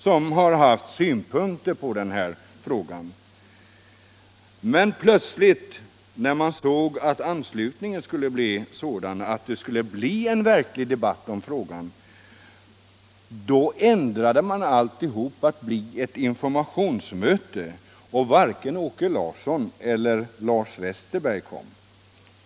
De har haft synpunkter på denna fråga. Men plötsligt, när man såg att anslutningen skulle bli sådan att det skulle bli en verklig debatt om frågan, ändrade man alltihop till att bli ett informationsmöte och varken Åke Olsson eller Lars Westerberg kom.